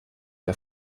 der